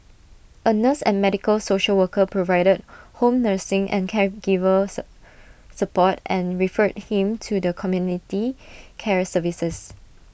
A nurse and medical social worker provided home nursing and caregiver sir support and referred him to the community care services